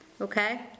Okay